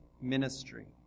ministry